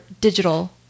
digital